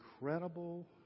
incredible